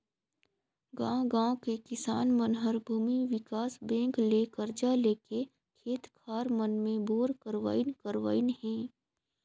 गांव गांव के किसान मन हर भूमि विकास बेंक ले करजा लेके खेत खार मन मे बोर करवाइन करवाइन हें